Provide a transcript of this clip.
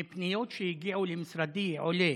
מפניות שהגיעו למשרדי עולה